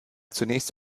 zunächst